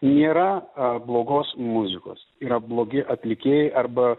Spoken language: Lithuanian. nėra blogos muzikos yra blogi atlikėjai arba